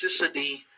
toxicity